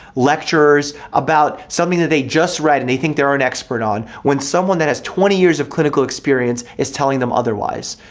lecturers, about something they just read and they think they are an expert on, when someone that has twenty years of clinical experience is telling them otherwise.